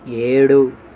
ఏడు